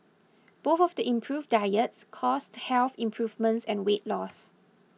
both of the improved diets caused health improvements and weight loss